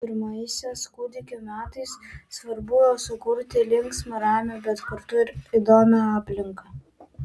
pirmaisiais kūdikio metais svarbu sukurti linksmą ramią bet kartu ir įdomią aplinką